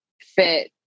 fit